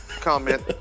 comment